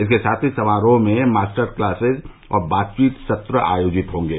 इसके साथ ही समारोह में मास्टर क्लासेज और बातचीत सत्र आयोजित होंगे